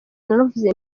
naravuze